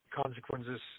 consequences